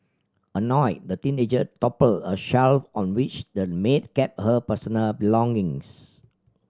annoyed the teenager toppled a shelf on which the maid kept her personal belongings